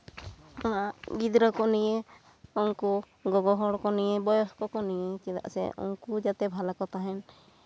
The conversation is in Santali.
ᱜᱤᱫᱽᱨᱟᱹ ᱠᱚ ᱱᱤᱭᱮ ᱩᱱᱠᱩ ᱜᱚᱜᱚ ᱦᱚᱲ ᱠᱚ ᱱᱤᱭᱮ ᱵᱚᱭᱚᱥᱠᱚ ᱠᱚ ᱱᱤᱭᱮ ᱪᱮᱫᱟᱜ ᱥᱮ ᱩᱱᱠᱩ ᱡᱟᱛᱮ ᱵᱷᱟᱞᱮ ᱠᱚ ᱛᱟᱦᱮᱱ